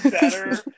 better